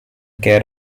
care